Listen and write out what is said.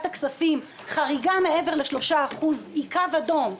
הכספים חריגה מעבר ל-3% היא קו אדום,